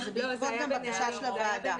וזה גם בעקבות בקשה של הוועדה.